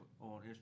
on